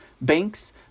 banks